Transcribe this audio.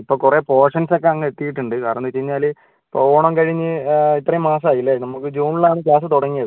ഇപ്പോൾ കുറേ പോഷൻസ് ഒക്കെ അങ്ങ് എത്തിയിട്ടുണ്ട് കാരണമെന്നു വെച്ചു കഴിഞ്ഞാൽ ഇപ്പോൾ ഓണം കഴിഞ്ഞ് ഇത്രയും മാസം ആയില്ലേ നമുക്ക് ജൂണിലാണ് ക്ലാസ് തുടങ്ങിയത്